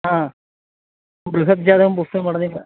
हा बृहत् जातकं पुस्तकं पठनीयं